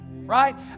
Right